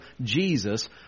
Jesus